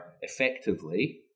effectively